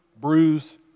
bruise